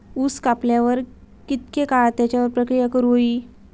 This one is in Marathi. ऊस कापल्यार कितके काळात त्याच्यार प्रक्रिया करू होई?